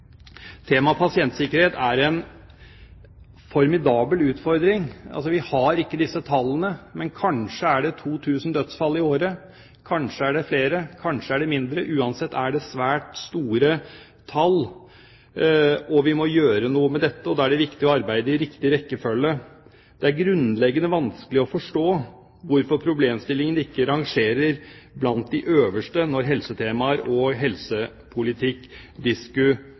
Temaet pasientsikkerhet er en formidabel utfordring. Vi har ikke disse tallene, men det er kanskje 2 000 dødsfall i året – kanskje er det flere, kanskje er det færre. Uansett er det svært store tall. Vi må gjøre noe med dette, og da er det viktig å arbeide i riktig rekkefølge. Det er grunnleggende vanskelig å forstå hvorfor problemstillingen ikke rangerer blant de øverste når helsetemaer og helsepolitikk